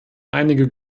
einige